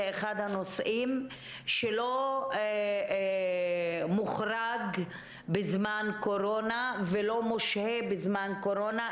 זה אחד הנושאים שלא מוחרג בזמן קורונה ולא מושהה בזמן קורונה,